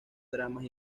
dramas